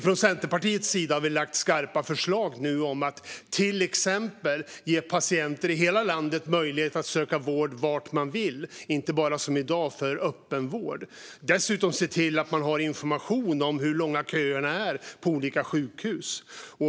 Från Centerpartiets sida har vi lagt fram skarpa förslag om att till exempel ge patienter i hela landet möjlighet att söka vård var man vill och inte bara för öppenvård som i dag. Det handlar dessutom om att se till att det finns information om hur långa köerna är på olika sjukhus.